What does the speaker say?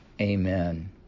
Amen